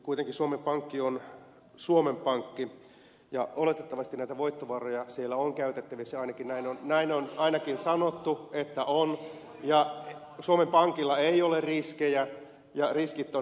kuitenkin suomen pankki on suomen pankki ja oletettavasti näitä voittovaroja siellä on käytettävissä näin on ainakin sanottu että on ja suomen pankilla ei ole riskejä ja riskit ovat hallinnassa